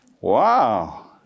Wow